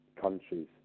countries